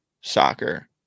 soccer